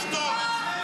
תשתוק.